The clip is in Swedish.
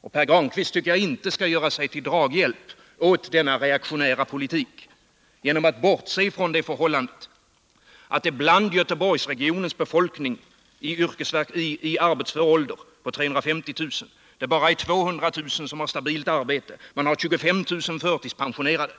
Och jag tycker inte att Pär Granstedt skall göra sig till draghjälp åt denna reaktionära politik genom att bortse från att det av Göteborgsregionens befolkning på 350 000 i arbetsför ålder bara är 200 000 som har stabilt arbete. Där finns 25 000 förtidspensionerade.